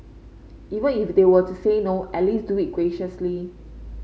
even if they were to say no at least do it graciously